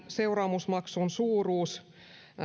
seuraamusmaksun suuruus